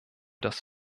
das